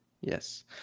Yes